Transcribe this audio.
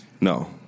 No